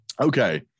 okay